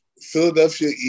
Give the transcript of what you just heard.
Philadelphia